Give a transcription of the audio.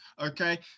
Okay